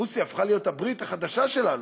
רוסיה הפכה להיות הברית החדשה שלנו.